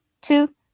two